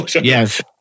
Yes